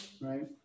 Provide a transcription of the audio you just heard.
right